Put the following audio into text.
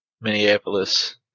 Minneapolis